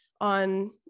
on